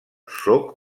sóc